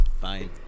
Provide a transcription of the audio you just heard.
Fine